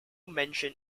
mention